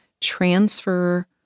transfer